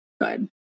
Good